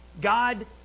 God